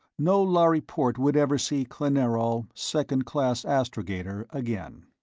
no lhari port would ever see klanerol, second class astrogator, again.